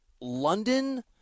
London